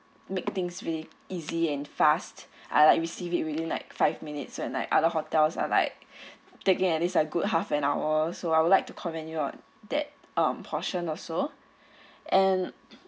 make things really easy and fast I like receive it within like five minutes and like other hotels are like taking at least a good half an hour so I would like to commend you on that um portion also and